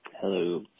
Hello